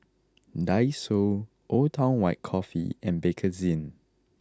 Daiso Old Town White Coffee and Bakerzin